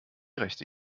rechte